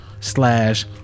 slash